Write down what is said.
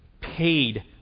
paid